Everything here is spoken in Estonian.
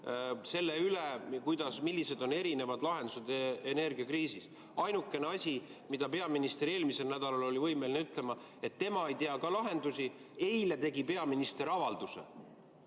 selle üle, millised on erinevad lahendused selles energiakriisis. Ainukene asi, mida peaminister eelmisel nädalal oli võimeline ütlema, oli see, et tema ei tea lahendusi. Eile tegi peaminister avalduse